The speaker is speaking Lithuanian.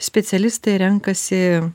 specialistai renkasi